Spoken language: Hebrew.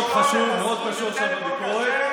זה מאוד חשוב שיש לך ביקורת,